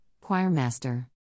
choirmaster